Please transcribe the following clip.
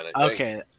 okay